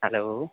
hello